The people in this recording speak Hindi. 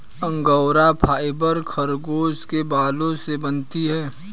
अंगोरा फाइबर खरगोश के बालों से बनती है